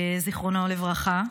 זיכרונו לברכה,